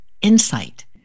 insight